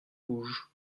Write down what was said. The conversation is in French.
rouges